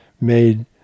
made